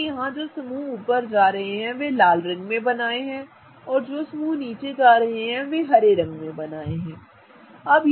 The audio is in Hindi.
मैंने यहां जो समूह ऊपर जा रहे हैं वे लाल रंग में बनाए हैं और जो समूह नीचे जा रहे हैं वे हरे रंग में बनाए हैं ठीक है